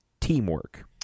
teamwork